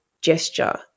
gesture